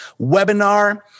webinar